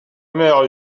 mère